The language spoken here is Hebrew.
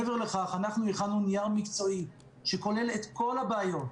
מעבר לכך, הכנו נייר מקצועי שכולל את כל הבעיות.